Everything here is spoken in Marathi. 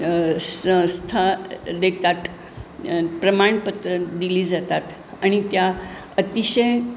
संस्था देतात प्रमाणपत्र दिली जातात आणि त्या अतिशय